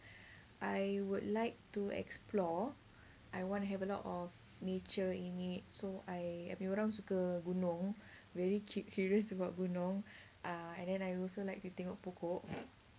I would like to explore I wanna have a lot of nature in it so I ada orang suka bunuh very curious about bunuh ah and then I also like to tengok pokok